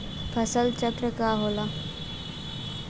फसल चक्रण का होला?